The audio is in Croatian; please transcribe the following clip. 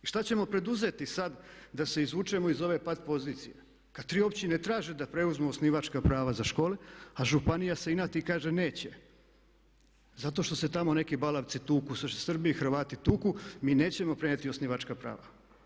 Što ćemo poduzeti sad da se izvučemo iz ove pat-pozicije kad tri općine traže da preuzmu osnivačka prava za škole, a županija se inati i kaže neće zato što se tamo neki balavci tuku, što se Srbi i Hrvati tuku mi nećemo prenijeti osnivačka prava.